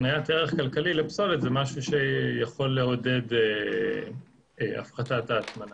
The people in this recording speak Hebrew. הקניית ערך כלכלי לפסולת זה משהו שיכול לעודד הפחתת ההטמנה.